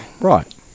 right